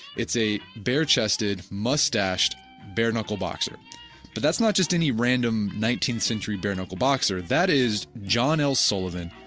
it's a bare-chested mustached bare-knuckle boxer but that's not just any random nineteenth century bare-knuckle boxer that is john l. sullivan,